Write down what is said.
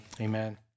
amen